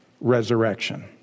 resurrection